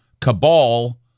cabal